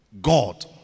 God